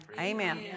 Amen